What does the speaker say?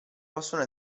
possono